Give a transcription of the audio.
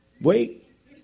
Wait